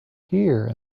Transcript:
here